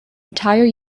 entire